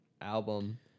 album